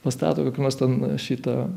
pastato kokį nors ten šitą